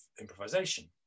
improvisation